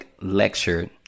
lecture